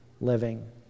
living